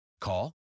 Call